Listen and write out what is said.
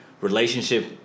relationship